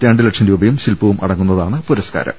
രണ്ടുലക്ഷം രൂപയും ശില്പവും അടങ്ങുന്നതാണ് പുരസ്കാരം